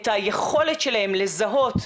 את היכולת שלהם לזהות.